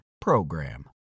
program